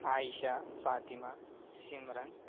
عائشہ Fatima سمرن